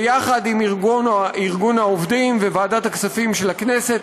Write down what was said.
ויחד עם ארגון העובדים וועדת הכספים של הכנסת